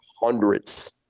hundreds